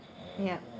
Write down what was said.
yup